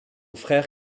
frère